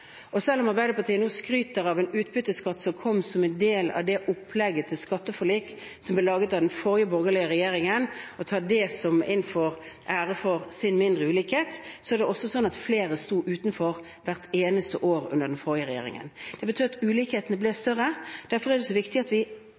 Selv om Arbeiderpartiet nå skryter av en utbytteskatt som kom som en del av opplegget til skatteforlik som ble laget av den forrige borgerlige regjeringen, og tar det til inntekt for mindre ulikhet, er det også slik at flere sto utenfor hvert eneste år under den forrige regjeringen. Det betyr at ulikhetene ble større. Derfor er det så viktig at vi går forbi retorikken og snakker om de reelle ulikhetsproblemene i Norge, og da må vi